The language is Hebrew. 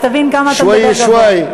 אז תבין כמה אתה מדבר גבוה.